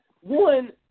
one